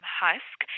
husk